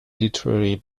literary